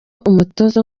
umutoza